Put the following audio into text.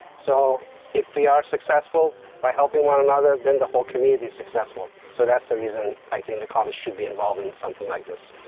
so if we are successful by helping one another, then the whole community, is successful, so that's the reason i think, the college should be involved in something like this.